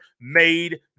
made